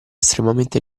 estremamente